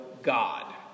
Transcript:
God